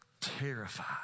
terrified